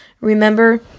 Remember